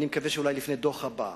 אני מקווה שאולי לפני הדוח הבא,